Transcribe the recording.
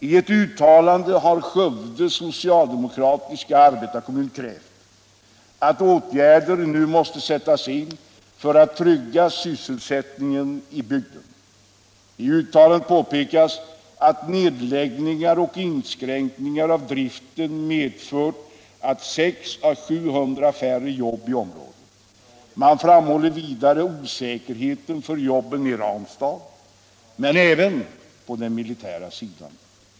I ett uttalande har Skövde socialdemokatiska arbetarekommun krävt att åtgärder nu måste sättas in för att trygga sysselsättningen i bygden. I uttalandet påpekas att nedläggningar och inskränkningar av driften medfört 600 åä 700 färre jobb i området. Man framhåller vidare osäkerheten för jobben i Ranstad men även på den militära sidan.